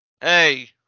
Hey